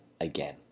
again